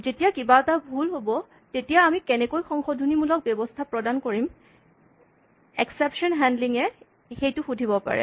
যেতিয়া কিবা এটা ভুল হ'ব তেতিয়া আমি কেনেকৈ সংশোধনীমূলক ব্যৱস্থা প্ৰদান কৰিম এক্সেপচন হান্ডলিং এ সেইটো সুধিব পাৰে